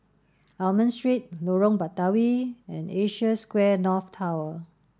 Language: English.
Almond Street Lorong Batawi and Asia Square North Tower